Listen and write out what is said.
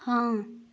ହଁ